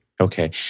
Okay